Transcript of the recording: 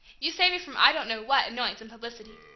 you saved me from i don't know what annoyance and publicity.